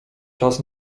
czas